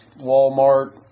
Walmart